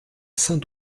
saint